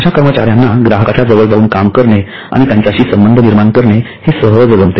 अश्या कर्मचार्यांना ग्राहकांच्या जवळ जाऊन काम करणे आणि त्यांच्याशी संबंध निर्माण करणे हे सहज जमते